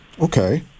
Okay